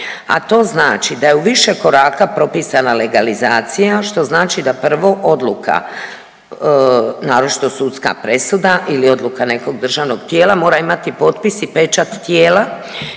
a to znači da je u više koraka propisana legalizacija što znači da prvo odluka, naročito sudska presuda ili odluka nekog državnog tijela mora imati potpis i pečat tijela